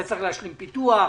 אתה צריך להשלים פיתוח,